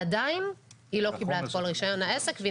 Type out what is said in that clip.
עדיין היא לא קיבלה את כל רישיון העסק והיא